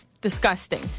disgusting